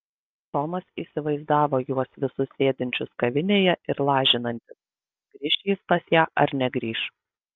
tomas įsivaizdavo juos visus sėdinčius kavinėje ir lažinantis grįš jis pas ją ar negrįš